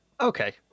Okay